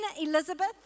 Elizabeth